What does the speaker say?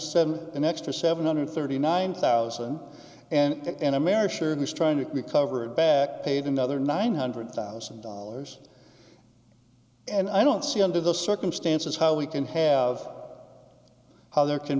seven an extra seven hundred thirty nine thousand and america sure who's trying to recover it back paid another nine hundred thousand dollars and i don't see under the circumstances how we can have how there can